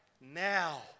now